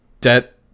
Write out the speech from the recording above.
debt